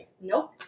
Nope